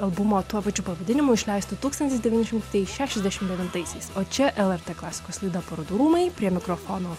albumo tuo pačiu pavadinimu išleisto tūkstantis devyni šimtai šešiasdešimt devintaisiais o čia lrt klasikos laida parodų rūmai prie mikrofono